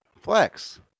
Flex